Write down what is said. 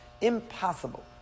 Impossible